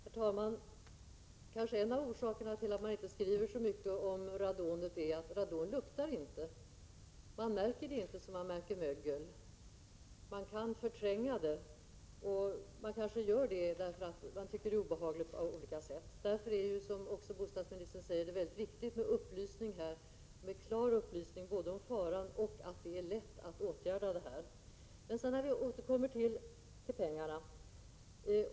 Herr talman! En av orsakerna till att man inte skriver så mycket om radonet är kanske att radon inte luktar. Man märker inte av det på samma sätt som man gör när det gäller mögel. Man kan förtränga radonproblemet. Måhända gör man det därför att man tycker att radonet är obehagligt på olika sätt. Således är det, som också bostadsministern säger, väldigt viktigt med upplysning på detta område. Det måste klart upplysas både om faran i detta sammanhang och om det faktum att det är lätt att vidta åtgärder. Sedan till det här med pengarna.